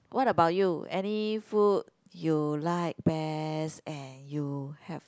what about you any food you like best and you have